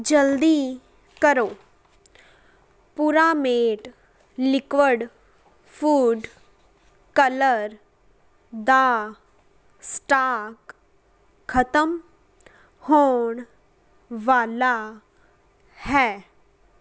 ਜਲਦੀ ਕਰੋ ਪੁਰਾਮੇਟ ਲਿਕੁਈਡ ਫ਼ੂਡ ਕਲਰ ਦਾ ਸਟਾਕ ਖਤਮ ਹੋਣ ਵਾਲਾ ਹੈ